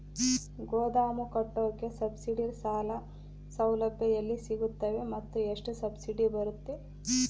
ಗೋದಾಮು ಕಟ್ಟೋಕೆ ಸಬ್ಸಿಡಿ ಸಾಲ ಸೌಲಭ್ಯ ಎಲ್ಲಿ ಸಿಗುತ್ತವೆ ಮತ್ತು ಎಷ್ಟು ಸಬ್ಸಿಡಿ ಬರುತ್ತೆ?